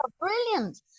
Brilliant